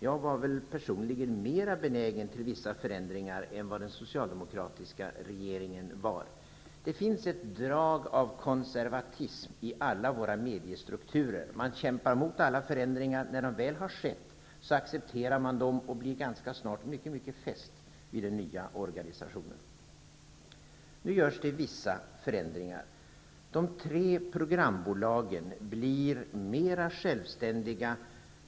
Jag var personligen mera benägen än den socialdemokratiska regeringen till vissa förändringar. Det finns ett drag av konservatism i alla våra mediestrukturer. Man kämpar emot alla förändringar. När de väl har skett, accepterar man dem och blir ganska snart mycket fäst vid den nya organisationen. Nu görs vissa förändringar. De tre programbolagen blir mera självständiga.